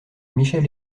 michel